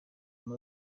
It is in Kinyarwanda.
muri